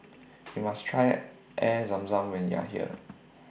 YOU must Try Air Zam Zam when YOU Are here